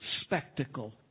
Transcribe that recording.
spectacle